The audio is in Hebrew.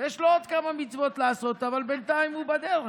יש לו עוד כמה מצוות לעשות, אבל בינתיים הוא בדרך.